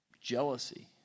Jealousy